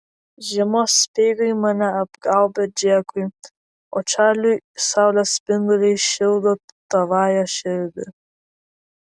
žiemos speigai mane apgaubia džekui o čarliui saulės spinduliai šildo tavąją širdį